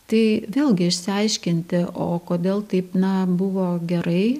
tai vėlgi išsiaiškinti o kodėl taip na buvo gerai